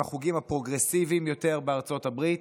החוגים הפרוגרסיביים יותר בארצות הברית.